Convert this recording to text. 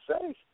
say